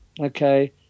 okay